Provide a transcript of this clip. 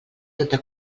tota